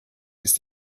ist